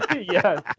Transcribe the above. Yes